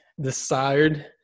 desired